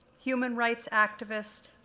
human rights activist,